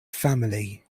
family